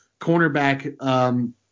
cornerback